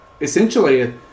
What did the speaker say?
essentially